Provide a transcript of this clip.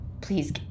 Please